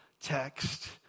text